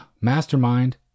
mastermind